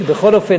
בכל אופן,